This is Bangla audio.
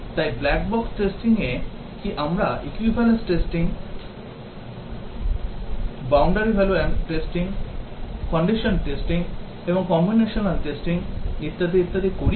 তাই black box testing এ কি আমরা equivalence testing boundary value testing condition testing এবং combinatorial testing ইত্যাদি ইত্যাদি করি